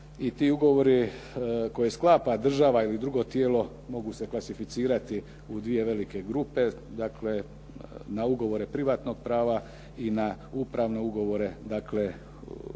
i ti ugovori koje sklapa država ili drugo tijelo mogu se klasificirati u dvije velike grupe. Dakle, na ugovore privatnog prava i na upravne ugovore, dakle